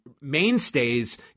mainstays